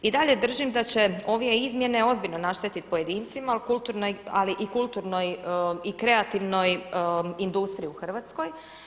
I dalje držim da će ove izmjene ozbiljno naštetiti pojedincima ali i kulturnoj i kreativnoj industriji u Hrvatskoj.